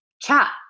chat